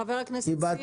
חבר הכנסת ביטון,